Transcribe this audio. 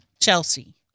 Chelsea